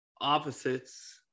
opposites